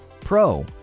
Pro